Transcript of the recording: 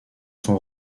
son